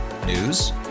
News